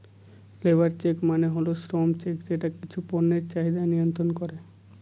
labour check মানে হল শ্রম চেক যেটা কিছু পণ্যের চাহিদা মিয়ন্ত্রন করে